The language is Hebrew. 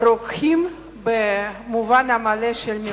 רוקחים במובן המלא של המלה?